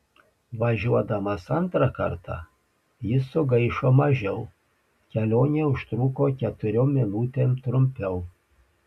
važiuodamas antrą kartą jis sugaišo mažiau kelionė užtruko keturiom minutėm trumpiau